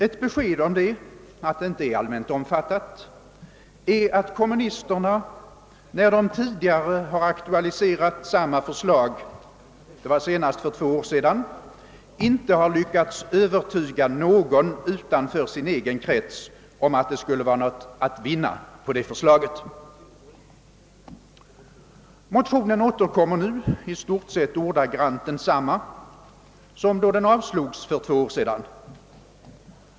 Ett besked härom är att kommunisterna när de tidigare har aktualiserat samma förslag — det var senast för två år sedan — inte lyckades övertyga någon utanför sin egen krets om att det skulle vara något att vinna på förslaget. Motionen återkommer nu i stort sett ordagrant överensstämmande med den som avslogs för två år sedan.